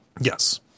yes